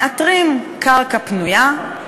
מאתרים קרקע פנויה,